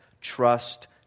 Trust